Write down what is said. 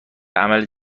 عمل